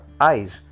eyes